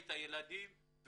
את הילדים,